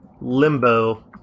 Limbo